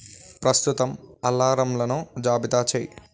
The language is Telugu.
ప్రస్తుతం అల్లారంలను జాబితా చెయ్యి